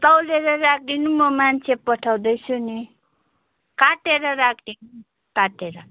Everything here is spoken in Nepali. तौलेर राखिदिनु म मान्छे पठाउँदै छु नि काटेर राखिदिनु नि काटेर